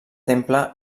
temple